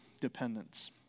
Dependence